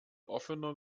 offener